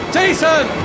Jason